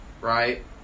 right